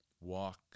Walk